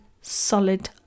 solid